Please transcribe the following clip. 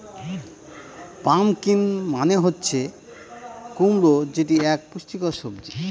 pumpkin মানে হচ্ছে কুমড়ো যেটি এক পুষ্টিকর সবজি